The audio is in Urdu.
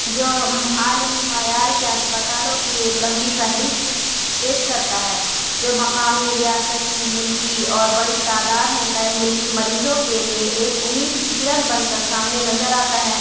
جو عالمی معیار کے اسپتالوں کی ایک لمبی فہرست پیش کرتا ہے جو مقامی ریاستی ملکی اور بڑی تعداد میں غیر ملکی مریضوں کے لیے ایک اُمّید کی کرن بن کر سامنے نظر آتا ہے